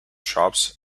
shops